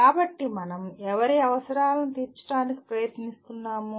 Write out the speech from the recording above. కాబట్టి మనం ఎవరి అవసరాలను తీర్చడానికి ప్రయత్నిస్తున్నాము